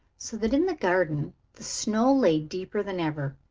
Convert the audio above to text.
so that in the garden the snow lay deeper than ever.